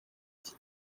iki